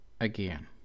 again